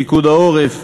פיקוד העורף,